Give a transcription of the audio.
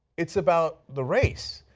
it's about the race.